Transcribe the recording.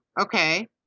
Okay